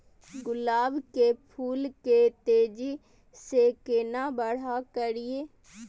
गुलाब के फूल के तेजी से केना बड़ा करिए?